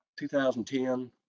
2010